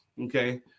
Okay